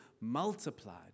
multiplied